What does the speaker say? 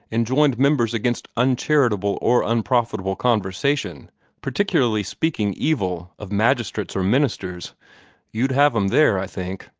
enjoins members against uncharitable or unprofitable conversation particularly speaking evil of magistrates or ministers you'd have em there, i think.